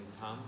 come